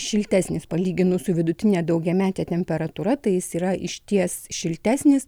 šiltesnis palyginus su vidutine daugiamete temperatūra tai jis yra išties šiltesnis